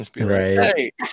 Right